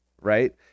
right